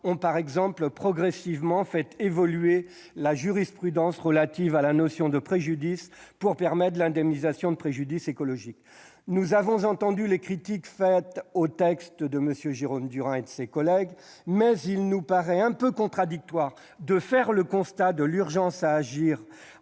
fait évoluer progressivement la jurisprudence relative à la notion de préjudice pour permettre l'indemnisation des préjudices écologiques. Nous avons entendu les critiques du texte de Jérôme Durain et de ses collègues, mais il nous paraît quelque peu contradictoire de faire le constat de l'urgence à agir,